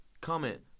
comment